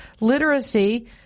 literacy